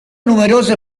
numerose